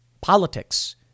Politics